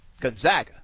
Gonzaga